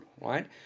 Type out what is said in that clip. right